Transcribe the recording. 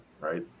right